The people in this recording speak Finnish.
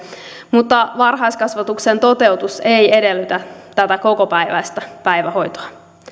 mutta varhaiskasvatuksen toteutus ei edellytä tätä kokopäiväistä päivähoitoa